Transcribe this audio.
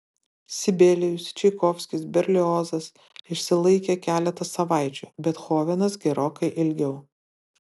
sibelijus čaikovskis berliozas išsilaikė keletą savaičių bethovenas gerokai ilgiau